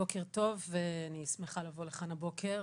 בוקר טוב, אני שמחה לבוא לכאן הבוקר.